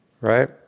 right